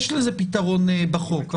יש לזה פתרון בחוק.